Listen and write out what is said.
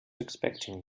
expecting